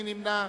מי נמנע?